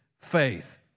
faith